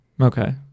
Okay